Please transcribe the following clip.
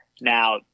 Now